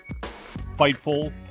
Fightful